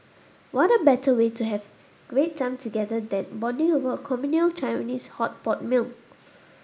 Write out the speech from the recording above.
what better way to have great time together than bonding over a communal Japanese hot pot meal